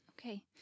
Okay